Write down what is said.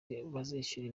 bazishyura